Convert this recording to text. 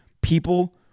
people